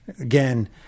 Again